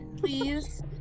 Please